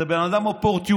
זה בן אדם אופורטוניסט,